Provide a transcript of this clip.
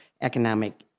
economic